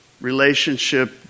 Relationship